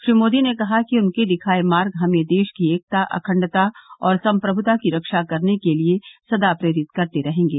श्री मोदी ने कहा कि उनके दिखाए मार्ग हमें देश की एकता अखंडता और संप्रभुता की रक्षा करने के लिए सदा प्रेरित करते रहेंगे